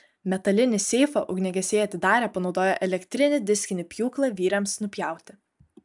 metalinį seifą ugniagesiai atidarė panaudoję elektrinį diskinį pjūklą vyriams nupjauti